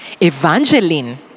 Evangeline